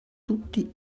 tutti